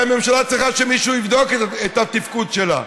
הרי הממשלה צריכה שמישהו יבדוק את התפקוד שלה,